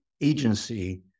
agency